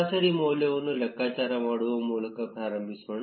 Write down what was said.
ಸರಾಸರಿ ಮೌಲ್ಯವನ್ನು ಲೆಕ್ಕಾಚಾರ ಮಾಡುವ ಮೂಲಕ ಪ್ರಾರಂಭಿಸೋಣ